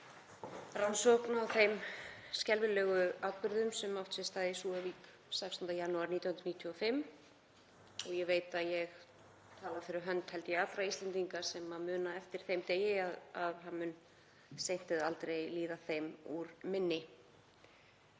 rannsókn á þeim skelfilegu atburðum sem áttu sér stað í Súðavík 16. janúar 1995. Ég veit að ég tala fyrir hönd allra Íslendinga sem muna eftir þeim degi að hann mun seint eða aldrei líða þeim úr minni.